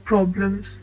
Problems